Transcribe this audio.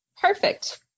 perfect